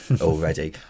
already